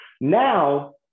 now